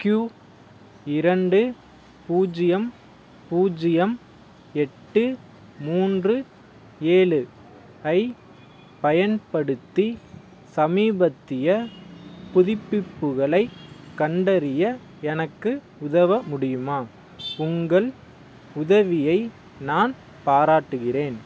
Q இரண்டு பூஜ்ஜியம் பூஜ்ஜியம் எட்டு மூன்று ஏழு ஐப் பயன்படுத்தி சமீபத்திய புதுப்பிப்புகளைக் கண்டறிய எனக்கு உதவ முடியுமா உங்கள் உதவியை நான் பாராட்டுகிறேன்